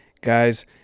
guys